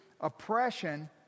oppression